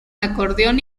acordeón